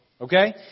Okay